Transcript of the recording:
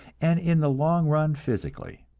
and in the long run physically.